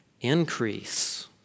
increase